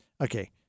Okay